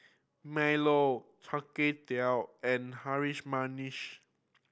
milo Char Kway Teow and Harum Manis